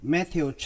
Matthew